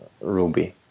Ruby